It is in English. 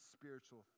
spiritual